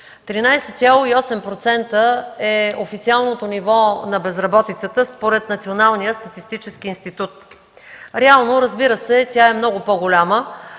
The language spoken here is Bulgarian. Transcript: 13,8% е официалното ниво на безработицата според Националния статистически институт. Реално, разбира се, тя е много по-голяма